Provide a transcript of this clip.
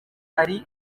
ari